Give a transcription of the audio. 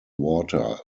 water